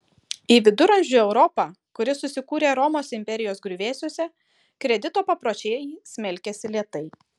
į viduramžių europą kuri susikūrė romos imperijos griuvėsiuose kredito papročiai smelkėsi lėtai